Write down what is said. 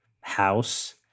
house